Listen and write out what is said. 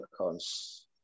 accounts